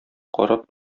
карап